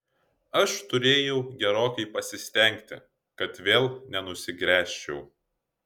aš turėjau gerokai pasistengti kad vėl nenusigręžčiau